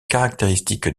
caractéristiques